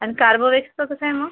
अन् कार्बोवॅक्सचं कसं आहे मग